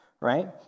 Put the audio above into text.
right